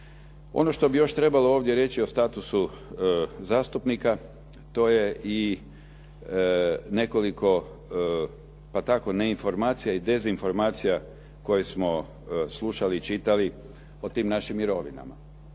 Ono što bi još trebalo ovdje reći o statusu zastupnika, to je i nekoliko pa tako ne informacija i dezinformacija koje smo slušali i čitali o tim našim mirovinama.